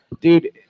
dude